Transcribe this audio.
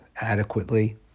adequately